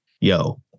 yo